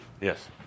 Yes